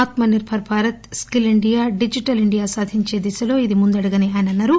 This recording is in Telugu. ఆత్మ Nirbhar Bharat skill India digital India సాధించే దిశలో ఇది ముందడుగని ఆయన అన్నారు